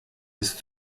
ist